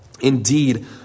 Indeed